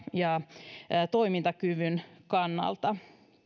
ja toimintakykynsä kannalta